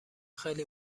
خیلی